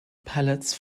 pallets